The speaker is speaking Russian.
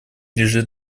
лежит